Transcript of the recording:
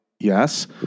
Yes